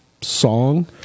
song